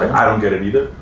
i don't get it either.